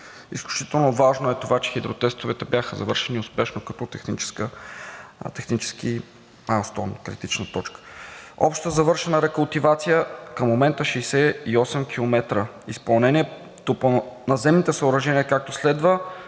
Изключително важно е това, че хидротестовете бяха завършени успешно технически като критична точка. Общо завършена рекултивация към момента – 68 км. Изпълнението по наземните съоръжения е, както следва: